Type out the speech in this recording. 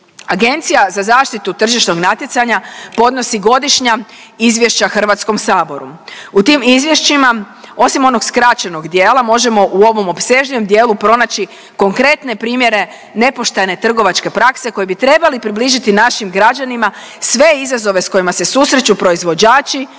Agencija za zaštitu tržišnog natjecanja podnosi godišnja izvješća HS-u. U tim izvješćima osim onog skraćenog dijela, možemo u ovom opsežnijem dijelu pronaći konkretne primjene nepoštene trgovačke prakse koje bi trebali približiti našim građanima, sve izazove s kojima se susreću proizvođači